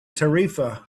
tarifa